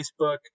Facebook